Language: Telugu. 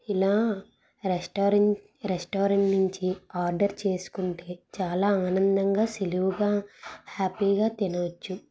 ఇలా రెస్టారెంట్ రెస్టారెంట్ నుంచి ఆర్డర్ చేసుకుంటే చాలా ఆనందంగా సులువుగా హ్యాపీగా తినవచ్చు